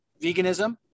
veganism